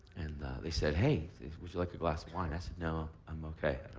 and they said, hey, would you like a glass of wine. i said, no, i'm okay.